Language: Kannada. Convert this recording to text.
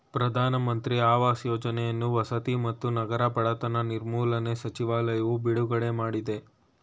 ಪ್ರಧಾನ ಮಂತ್ರಿ ಆವಾಸ್ ಯೋಜನೆಯನ್ನು ವಸತಿ ಮತ್ತು ನಗರ ಬಡತನ ನಿರ್ಮೂಲನೆ ಸಚಿವಾಲಯವು ಬಿಡುಗಡೆ ಮಾಡಯ್ತೆ